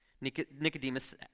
Nicodemus